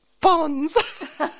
Bonds